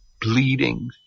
bleeding